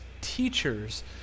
teachers